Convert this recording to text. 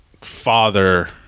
father